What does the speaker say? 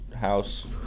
house